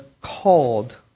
called